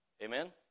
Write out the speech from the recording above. Amen